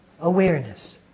awareness